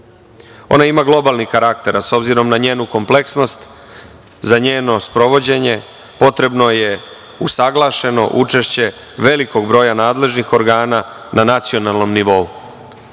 ima globalni karakter, a obzirom na njenu kompleksnost za njeno sprovođenje potrebno je usaglašeno učešće velikog broja nadležnih organa na nacionalnom nivou,